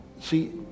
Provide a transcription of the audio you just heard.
See